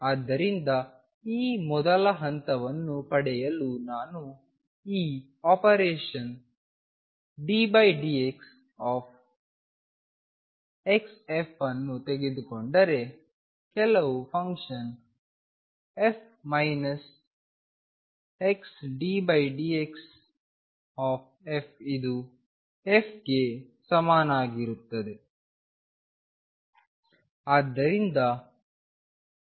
ಆದ್ದರಿಂದ ಈ ಮೊದಲ ಹಂತವನ್ನು ಪಡೆಯಲು ನಾನು ಈ ಆಪರೇಷನ್ ddx ಅನ್ನು ತೆಗೆದುಕೊಂಡರೆ ಕೆಲವು ಫಂಕ್ಷನ್ f ಮೈನಸ್ xddxf ಇದು f ಗೆ ಮಾತ್ರ ಸಮಾನವಾಗಿರುತ್ತದೆ